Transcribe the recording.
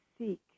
seek